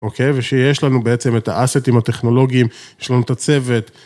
אוקיי? ושיש לנו בעצם את ה-assets הטכנולוגים, יש לנו את הצוות.